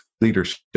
leadership